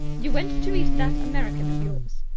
you went to meet that american of yours?